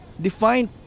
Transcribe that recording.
defined